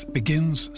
begins